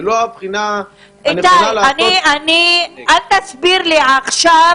אל תסביר לי עכשיו